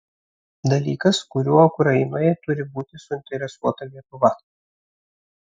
dalykas kuriuo ukrainoje turi būti suinteresuota lietuva